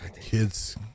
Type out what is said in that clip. Kids